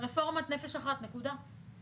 רפורמת "נפש אחת", נקודה.